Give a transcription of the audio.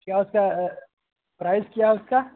کیا اس کا پرائز کیا اس کا